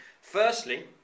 firstly